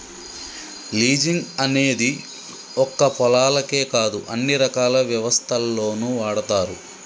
leasing అనేది ఒక్క పొలాలకే కాదు అన్ని రకాల వ్యవస్థల్లోనూ వాడతారు